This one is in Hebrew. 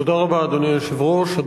תודה רבה, אדוני היושב-ראש.